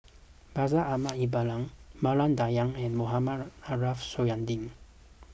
Bashir Ahmad Mallal Maria Dyer and Mohamed Ariff Suradi